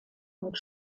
und